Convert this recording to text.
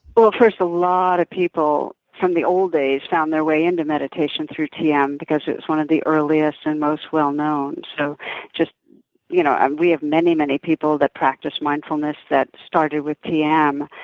but well, first, a lot of people from the old days found their way into meditation through tm because it was one of the earliest and most well-known so you know and we have many, many people that practice mindfulness that started with tm.